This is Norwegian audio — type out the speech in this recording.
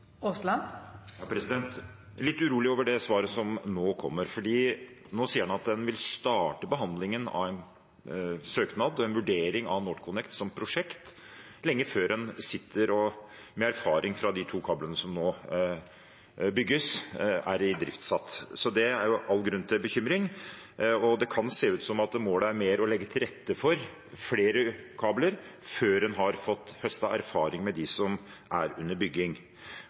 litt urolig over det svaret som nå kommer, for nå sier en at en vil starte behandlingen av en søknad, en vurdering av NorthConnect som prosjekt lenge før en sitter med erfaring etter at de to kablene som nå bygges, er driftssatt. Så det er all grunn til bekymring. Og det kan se ut som om målet mer er å legge til rette for flere kabler før en har fått høstet erfaring med dem som er under bygging.